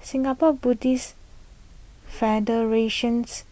Singapore Buddhist Federation's